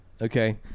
okay